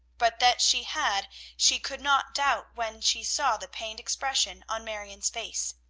but that she had she could not doubt when she saw the pained expression on marion's face.